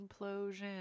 Implosion